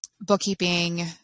bookkeeping